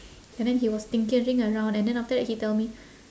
and then he was tinkering around and then after that he tell me